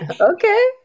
Okay